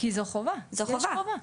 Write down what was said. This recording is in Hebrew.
נכון, כי זו חובה, יש חובה.